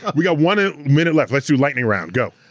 ah we got one ah minute left, let's do lightning round, go.